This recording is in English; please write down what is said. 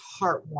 heartwarming